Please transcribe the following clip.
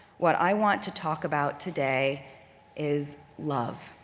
what i want to talk about today is love.